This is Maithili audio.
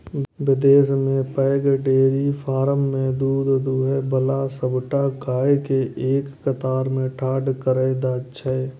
विदेश मे पैघ डेयरी फार्म मे दूध दुहै बला सबटा गाय कें एक कतार मे ठाढ़ कैर दै छै